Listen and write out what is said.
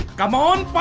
come um